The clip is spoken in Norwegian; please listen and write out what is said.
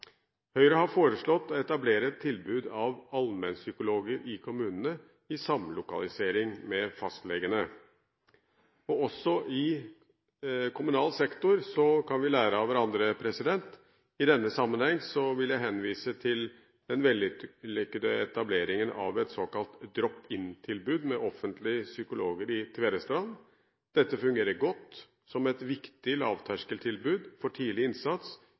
Høyre har foreslått å etablere et tilbud av allmennpsykologer i kommunene, i samlokalisering med fastlegene. Også i kommunal sektor kan vi lære av hverandre. I denne sammenheng vil jeg henvise til den vellykkede etableringen av et såkalt drop-in-tilbud med offentlige psykologer i Tvedestrand. Dette fungerer godt som et viktig lavterskeltilbud for tidlig innsats